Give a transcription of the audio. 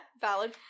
Valid